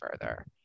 further